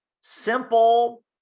simple